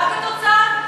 רק התוצאה?